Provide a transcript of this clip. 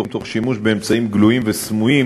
תוך שימוש באמצעים גלויים וסמויים,